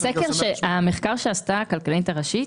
המחקר שעשתה הכלכלנית הראשית,